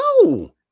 No